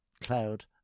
cloud